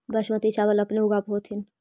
बासमती चाबल अपने ऊगाब होथिं?